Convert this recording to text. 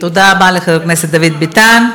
תודה רבה לחבר הכנסת דוד ביטן.